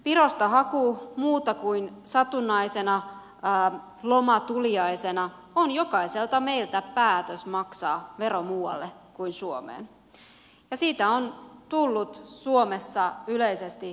virosta haku muuten kuin satunnaisena lomatuliaisena on jokaiselta meiltä päätös maksaa vero muualle kuin suomeen ja siitä on tullut suomessa yleisesti hyväksyttävää